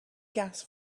gas